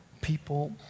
people